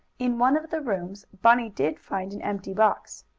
in one of the rooms bunny did find an empty box.